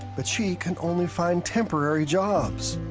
but she can only find temporary jobs.